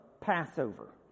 Passover